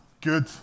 Good